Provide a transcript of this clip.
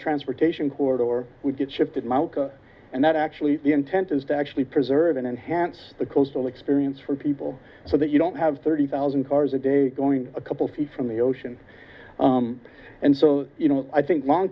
transportation corridor or we get shifted him out and that actually the intent is to actually preserve and enhance the coastal experience for people so that you don't have thirty thousand cars a day going a couple feet from the ocean and so you know i think long